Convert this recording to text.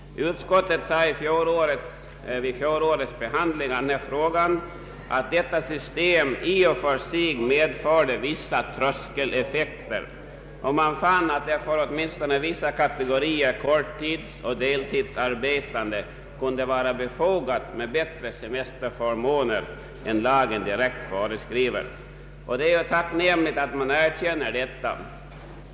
Vid fjolårets behandling av denna fråga framhöll utskottet att detta system i och för sig medförde vissa tröskeleffekter. För åtminstone vissa kate gorier korttidsoch deltidsarbetande kunde det, ansåg utskottet, vara befogat med bättre semesterförmåner än lagen direkt föreskriver. Det är tacknämligt att man erkände detta.